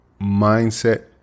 mindset